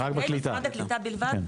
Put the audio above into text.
משרד הקליטה בלבד,